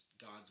God's